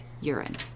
urine